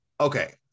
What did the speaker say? okay